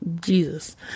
jesus